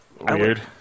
Weird